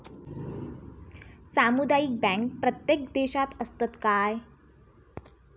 सामुदायिक बँक प्रत्येक देशात असतत काय?